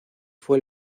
fue